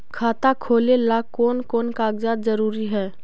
खाता खोलें ला कोन कोन कागजात जरूरी है?